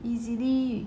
easily